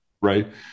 right